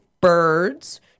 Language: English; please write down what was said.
Birds